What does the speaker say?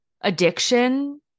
addiction